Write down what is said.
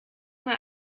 mal